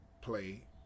play